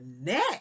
neck